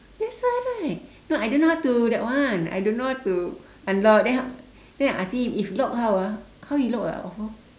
that's why right no I don't know how to that one I don't know how to unlock then then I ask him if lock how ah how you lock ah ofo